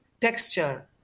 texture